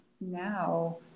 now